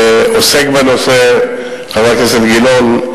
שעוסק בנושא, חבר הכנסת גילאון,